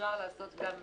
שאפשר לעשות גם